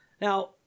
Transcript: Now